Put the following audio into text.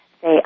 Say